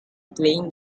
playing